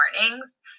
mornings